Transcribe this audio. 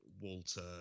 Walter